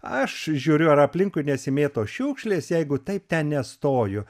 aš žiūriu ar aplinkui nesimėto šiukšlės jeigu taip ten nestoju